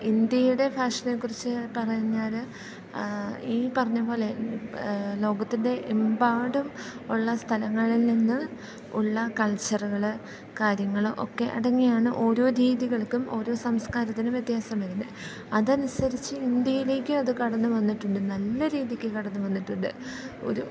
ഇന്ത്യയുടെ ഫാഷനെക്കുറിച്ച് പറഞ്ഞാൽ ഈ പറഞ്ഞതുപോലെ ലോകത്തിൻ്റെ എമ്പാടും ഉള്ള സ്ഥലങ്ങളിൽ നിന്ന് ഉള്ള കൾച്ചറുകൾ കാര്യങ്ങൾ ഒക്കെ അടങ്ങിയാണ് ഓരോ രീതികൾക്കും ഓരോ സംസ്കാരത്തിനും വ്യത്യാസം വരുന്നത് അതനുസരിച്ച് ഇന്ത്യയിലേക്ക് അത് കടന്നുവന്നിട്ടുണ്ട് നല്ല രീതിയ്ക്ക് കടന്നു വന്നിട്ടുണ്ട് ഒരു